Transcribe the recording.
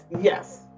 Yes